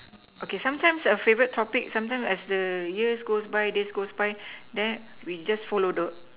okay sometimes a favourite topic sometimes as the years goes by this goes by we just follow the